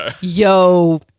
yo